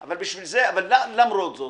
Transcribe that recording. אבל למרות זאת,